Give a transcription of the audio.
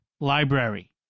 library